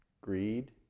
greed